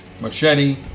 machete